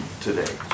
today